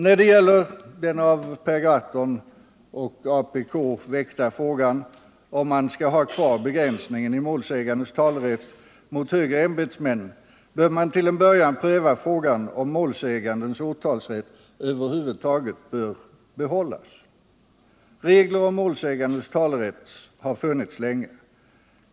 När det gäller den av Per Gahrton och apk väckta frågan om man skall ha kvar begränsningen i målsägandens talerätt mot högre ämbetsmän bör man till en början pröva frågan om målsägandens åtalsrätt över huvud taget bör behållas. Regler om målsägandens talerätt har funnits länge.